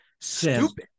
stupid